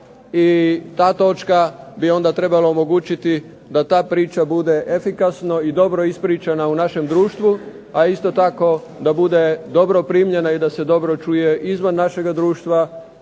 i ta točka bi onda trebala omogućiti da ta priča bude efikasno i dobro ispričana u našem društvu, a isto tako da bude dobro primljena i da se dobro čuje izvan našega društva,